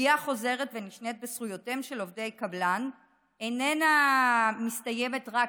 פגיעה חוזרת ונשנית בזכויותיהם של עובדי קבלן איננה מסתיימת רק